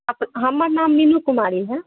हमर नाम मीनु कुमारी भेल